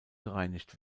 gereinigt